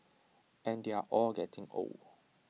and they're all getting old